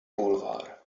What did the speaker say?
boulevard